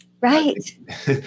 Right